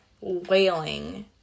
wailing